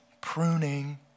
pruning